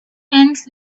ants